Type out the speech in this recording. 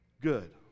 good